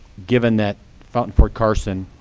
given that for fort carson,